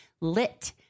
Lit